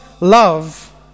love